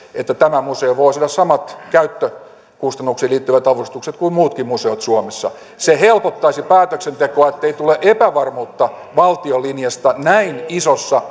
että tämä museo voi saada samat käyttökustannuksiin liittyvät avustukset kuin muutkin museot suomessa se helpottaisi päätöksentekoa ettei tule epävarmuutta valtion linjasta näin isossa